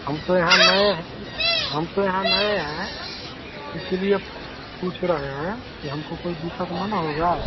हम तो यहाँ नए हैं हम तो यहाँ नए हैं इसीलिए पूछ रहे हैं कि हमको कोई दिक्कत न न होगा